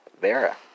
vera